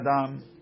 adam